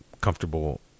comfortable